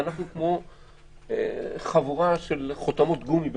ואנחנו כמו חבורה של חותמות גומי,